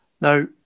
Now